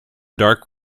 dark